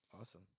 awesome